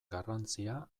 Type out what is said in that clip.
garrantzia